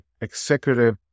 executive